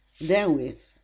Therewith